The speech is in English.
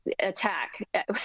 attack